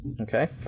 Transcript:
Okay